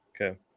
Okay